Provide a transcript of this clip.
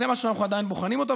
זה משהו שאנחנו עדיין בוחנים אותו.